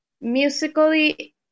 musically